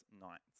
nights